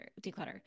declutter